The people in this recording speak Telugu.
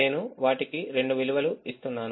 నేను వాటికి రెండు విలువలను ఇస్తున్నాను